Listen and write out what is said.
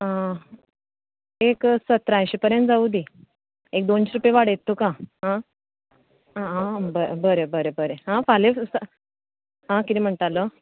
आं एक सतराशें पर्यंत जावूं दी एक दोनशे रुपया वाडयता तुका आं आं आं बरें बरें बरें हांव फाल्यां सुद्दां आं कितें म्हणटालो